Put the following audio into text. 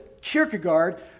Kierkegaard